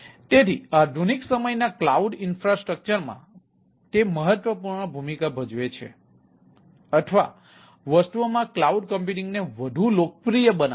તેથી તે આધુનિક સમયના ક્લાઉડ ઇન્ફ્રાસ્ટ્રક્ચર માં મહત્વપૂર્ણ ભૂમિકા ભજવે છે અથવા વસ્તુઓમાં ક્લાઉડ કમ્પ્યુટિંગને વધુ લોકપ્રિય બનાવે છે